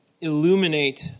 illuminate